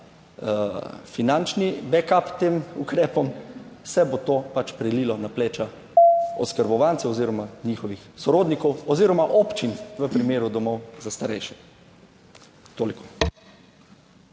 finančni backup tem ukrepom, se bo to pač prelilo na pleča oskrbovancev oziroma njihovih sorodnikov oziroma občin v primeru domov za starejše. Toliko.